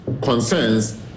concerns